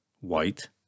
white